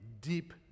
deep